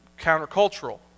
countercultural